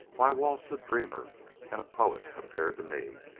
why, walt's a dreamer and a poet compared to me.